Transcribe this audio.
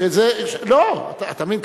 אתה מבין?